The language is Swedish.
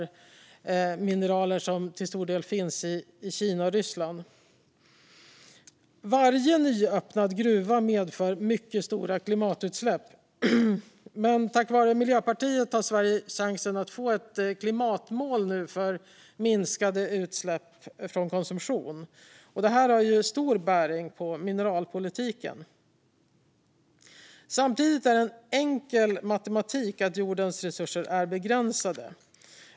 Det är mineraler som till stor del finns i Kina och Ryssland. Varje nyöppnad gruva medför mycket stora klimatutsläpp. Tack vare Miljöpartiet har Sverige nu chansen att få ett klimatmål för minskade utsläpp från konsumtion. Detta har stor bäring på mineralpolitiken. Samtidigt är det en enkel matematik att jordens resurser är begränsade.